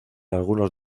algunos